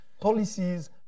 policies